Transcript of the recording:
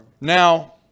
Now